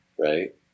Right